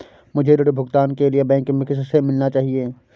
मुझे ऋण भुगतान के लिए बैंक में किससे मिलना चाहिए?